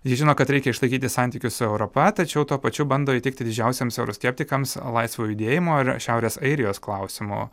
ji žino kad reikia išlaikyti santykius su europa tačiau tuo pačiu bando įtikti didžiausiems euroskeptikams laisvo judėjimo ir šiaurės airijos klausimo